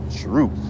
truth